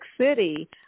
City